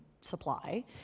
supply